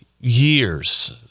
years